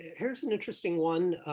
here's an interesting one.